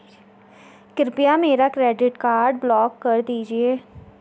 कृपया मेरा credit card block कर दीजिए